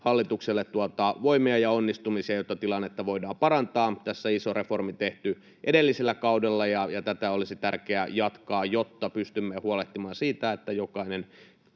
hallitukselle voimia ja onnistumisia, jotta tilannetta voidaan parantaa. Tässä on iso reformi tehty edellisellä kaudella, ja tätä olisi tärkeää jatkaa, jotta pystymme huolehtimaan siitä, että jokainen